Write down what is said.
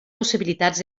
possibilitats